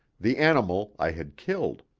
the animal i had killed.